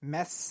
Mess